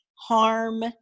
harm